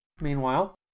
Meanwhile